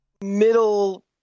middle